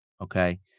okay